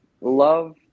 love